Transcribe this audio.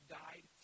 died